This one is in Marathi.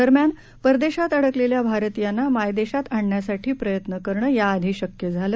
दरम्यान परदेशात अडकलेल्या भारतीयांना मायदेशात आणण्यासाठी प्रयत्न करणं याआधी शक्य झालं